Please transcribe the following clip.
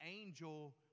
angel